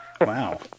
Wow